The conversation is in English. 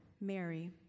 Mary